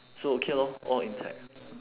so okay lor all intact